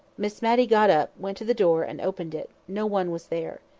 miss matty got up, went to the door, and opened it no one was there.